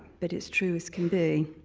but it's true as can be.